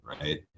right